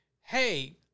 Hey